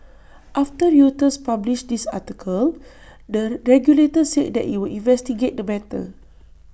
after Reuters published this article the regulator said that IT would investigate the matter